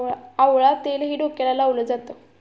आवळा तेलही डोक्याला लावले जाते